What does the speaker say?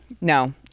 no